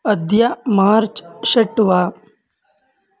अद्य मार्च् षट् वा